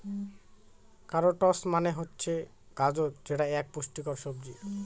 carrots মানে হচ্ছে গাজর যেটা এক পুষ্টিকর সবজি